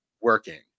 working